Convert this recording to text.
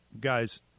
guys